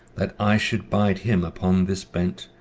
that i should bide him upon this bent,